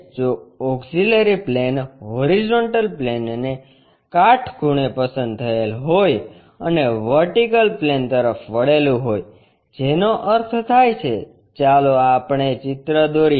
જો auxiliary plane horizontal પ્લેનને કાટખૂણે પસંદ થયેલ હોય અને વર્ટિકલ પ્લેન તરફ વળેલું હોય જેનો અર્થ થાય છે ચાલો આપણે ચિત્ર દોરીએ